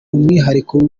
umwihariko